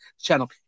channel